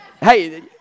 Hey